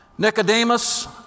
Nicodemus